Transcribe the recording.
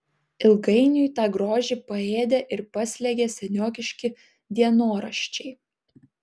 ilgainiui tą grožį paėdė ir paslėgė seniokiški dienoraščiai